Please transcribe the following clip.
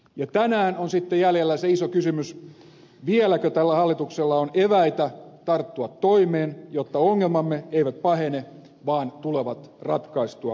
ja tänään on sitten jäljellä se iso kysymys vieläkö tällä hallituksella on eväitä tarttua toimeen jotta ongelmamme eivät pahene vaan tulevat ratkaistua oikeudenmukaisella tavalla